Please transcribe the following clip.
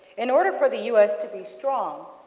in order for the u s. to be strong,